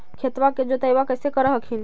खेतबा के जोतय्बा कैसे कर हखिन?